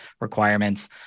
requirements